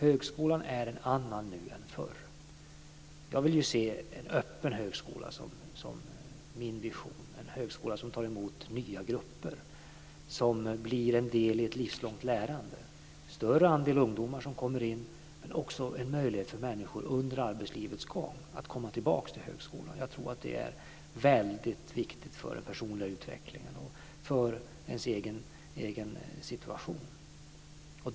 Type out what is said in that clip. Högskolan är en annan nu än förr. Jag vill se en öppen högskola som min vision - en högskola som tar emot nya grupper och som blir en del i ett livslångt lärande. Jag vill se en större andel ungdomar som kommer in, men också en möjlighet för människor under arbetslivets gång att komma tillbaks till högskolan. Jag tror att det är väldigt viktigt för den personliga utvecklingen och för ens egen situation.